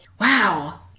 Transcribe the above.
wow